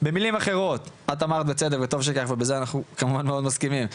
במילים אחרות את אמרת ובצדק וטוב שכך ובזה אנחנו כמובן מאוד מסכימים,